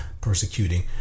persecuting